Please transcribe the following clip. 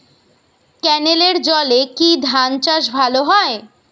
ক্যেনেলের জলে কি ধানচাষ ভালো হয়?